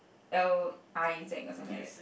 L I Z or something like that